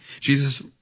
Jesus